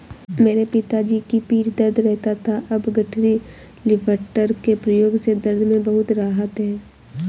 मेरे पिताजी की पीठ दर्द रहता था अब गठरी लिफ्टर के प्रयोग से दर्द में बहुत राहत हैं